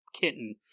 kitten